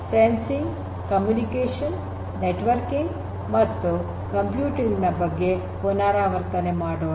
0 ನಲ್ಲಿರುವ sensing communication networking ಮತ್ತು computing ಬಗ್ಗೆ ಪುನರಾವರ್ತನೆ ಮಾಡೋಣ